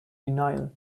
denial